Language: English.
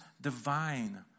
divine